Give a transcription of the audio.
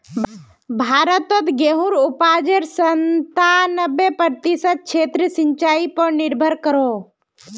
भारतोत गेहुंर उपाजेर संतानबे प्रतिशत क्षेत्र सिंचाई पर निर्भर करोह